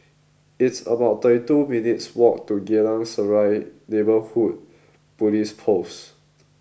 it's about thirty two minutes' walk to Geylang Serai Neighbourhood Police Post